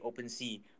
OpenSea